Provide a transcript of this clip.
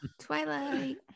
Twilight